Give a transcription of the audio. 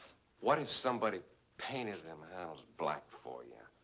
what if somebody painted them handles black for you?